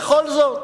בכל זאת,